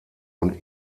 und